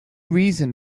reason